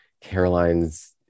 caroline's